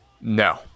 No